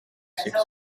six